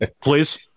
Please